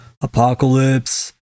Apocalypse